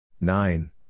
Nine